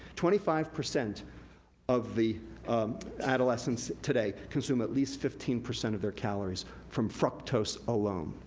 twenty five percent of the adolescents today consume at least fifteen percent of their calories from fructose alone.